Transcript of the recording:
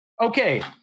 Okay